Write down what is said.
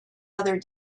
other